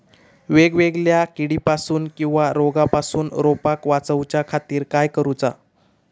वेगवेगल्या किडीपासून किवा रोगापासून रोपाक वाचउच्या खातीर काय करूचा?